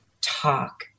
talk